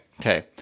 okay